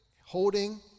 holding